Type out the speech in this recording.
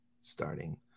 starting